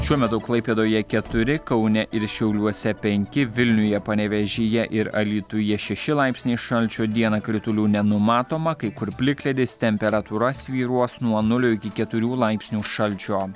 šiuo metu klaipėdoje keturi kaune ir šiauliuose penki vilniuje panevėžyje ir alytuje šeši laipsniai šalčio dieną kritulių nenumatoma kai kur plikledis temperatūra svyruos nuo nulio iki keturių laipsnių šalčio